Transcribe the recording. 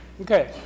Okay